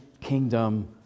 kingdom